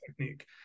technique